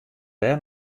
dêr